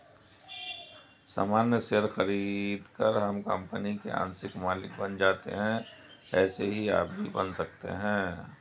सामान्य शेयर खरीदकर हम कंपनी के आंशिक मालिक बन जाते है ऐसे ही आप भी बन सकते है